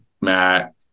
Matt